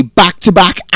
back-to-back